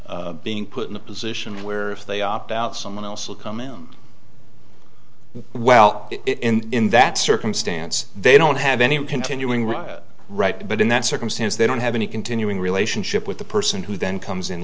to being put in a position where if they opt out someone else will come in well in that circumstance they don't have any continuing right right but in that circumstance they don't have any continuing relationship with the person who then comes in